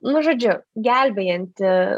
nu žodžiu gelbėjanti